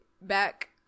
back